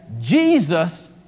Jesus